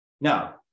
Now